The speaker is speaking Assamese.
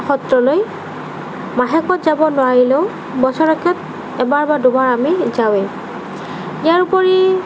সত্ৰলৈ মাহেকত যাব নোৱাৰিলেও বছৰেকত এবাৰ বা দুবাৰ আমি যাওঁৱেই ইয়াৰ উপৰি